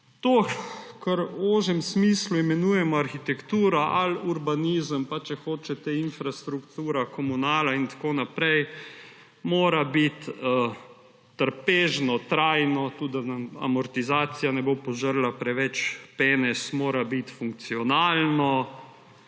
To, kar v ožjem smislu imenujemo arhitektura ali urbanizem, pa če hočete infrastruktura, komunala in tako naprej, mora biti trpežno, trajno, tudi amortizacija nam ne sme požreti preveč penezov, mora biti funkcionalno